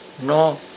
No